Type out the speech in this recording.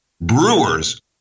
Brewers